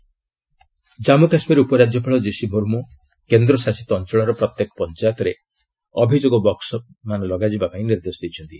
JK complaint Jammu Kashmir ଉପରାଜ୍ୟପାଳ GC Murmu କେନ୍ଦ୍ରଶାସିତ ଅଞ୍ଚଳର ପ୍ରତ୍ୟେକ ପଞ୍ଚାୟତରେ ଅଭିଯୋଗ ବାକ୍ୱମାନ ଲଗାଯିବାକୁ ନିର୍ଦ୍ଦେଶ ଦେଇଛନ୍ତି